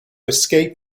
escape